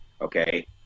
Okay